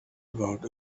about